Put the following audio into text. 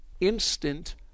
instant